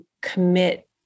commit